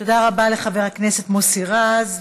תודה רבה לחבר הכנסת מוסי רז.